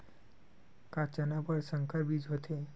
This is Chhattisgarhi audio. का चना बर संकर बीज होथे?